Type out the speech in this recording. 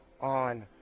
on